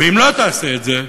ואם לא תעשה את זה,